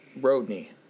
Rodney